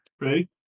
Right